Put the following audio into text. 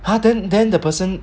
!huh! then then person